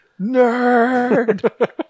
Nerd